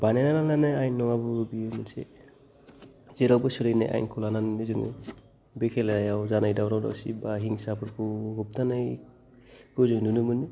बानायनानै लानाय आयेन नङाबाबो बेयो मोनसे जेरावबो सोलिनाय आयेनखौ लानानैनो जोङो बे खेलायाव जानाय दावराव दावसि बा हिंसाफोरखौ होबथानायखौ जों नुनो मोनो